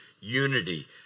unity